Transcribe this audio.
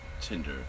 Tinder